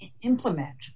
implement